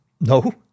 no